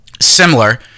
Similar